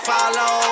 follow